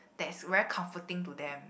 that's very comforting to them